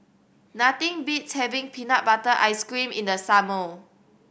nothing beats having peanut butter jelly ice cream in the summer